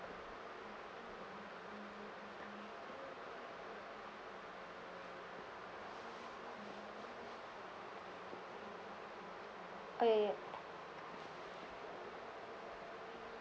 oh ya ya